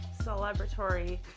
celebratory